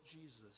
Jesus